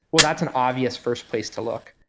well, that's an obvious first place to look.